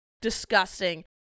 disgusting